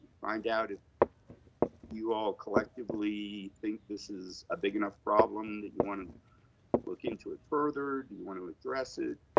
find out if you all collectively think this is a big enough problem that you wanna look into it further. do you wanna address it?